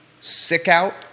sick-out